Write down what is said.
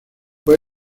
fue